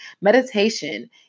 Meditation